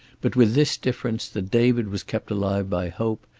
but with this difference, that david was kept alive by hope,